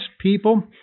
people